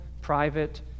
private